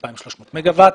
2,300 מגה וואט.